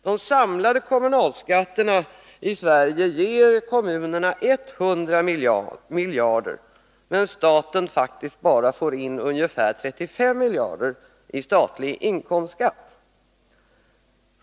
De samlade kommunalskatterna ger kommunerna 100 miljarder, medan staten faktiskt bara får in ungefär 35 miljarder i statlig inkomstskatt.